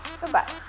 Goodbye